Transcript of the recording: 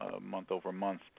month-over-month